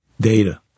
Data